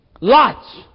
lots